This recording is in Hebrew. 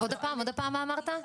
עוד פעם, מה אמרת?